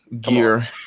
gear